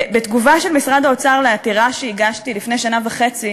בתגובה של משרד האוצר לעתירה שהגשתי לפני שנה וחצי